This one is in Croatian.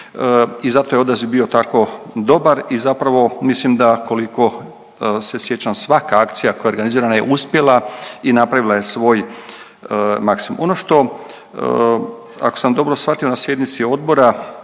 i zato je odaziv bio tako dobar i zapravo mislim da koliko se sjećam, svaka akcija koja je organizirana je uspjela i napravila je svoj maksimum. Ono što, ako sam dobro shvatio na sjednici odbora